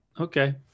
okay